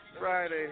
Friday